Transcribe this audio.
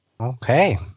Okay